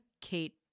Kate